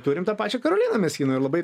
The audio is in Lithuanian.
turim tą pačią karoliną meschiną ir labai